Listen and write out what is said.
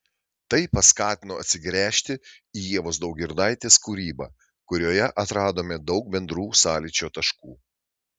tai paskatino atsigręžti į ievos daugirdaitės kūrybą kurioje atradome daug bendrų sąlyčio taškų